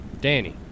Danny